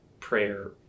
Prayer